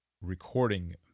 recording